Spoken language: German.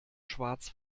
schwarz